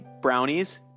brownies